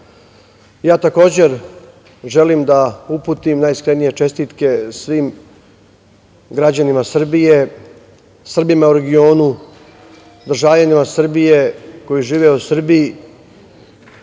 ja takođe želim da uputim najiskrenije čestitke svim građanima Srbije, Srbima u regionu, državljanima Srbije koji žive u Srbiji